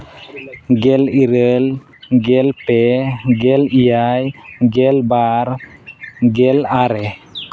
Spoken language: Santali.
ᱜᱮᱞ ᱤᱨᱟᱹᱞ ᱜᱮᱞ ᱯᱮ ᱜᱮᱞ ᱮᱭᱟᱭ ᱜᱮᱞ ᱵᱟᱨ ᱜᱮᱞ ᱟᱨᱮ